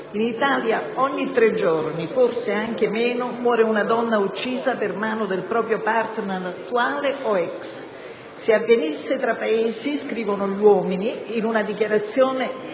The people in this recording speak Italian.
In Italia ogni tre giorni, forse anche meno, muore una donna uccisa per mano del proprio *partner,* attuale o *ex*. Se avvenisse tra Paesi - scrivono gli uomini in una dichiarazione